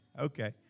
okay